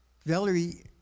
Valerie